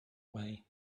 way